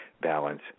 balance